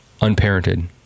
unparented